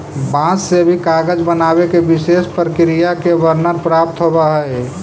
बाँस से भी कागज बनावे के विशेष प्रक्रिया के वर्णन प्राप्त होवऽ हई